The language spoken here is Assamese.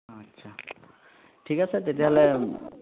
অঁ আচ্ছা ঠিক আছে তেতিয়াহ'লে